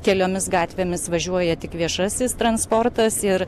keliomis gatvėmis važiuoja tik viešasis transportas ir